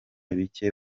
bike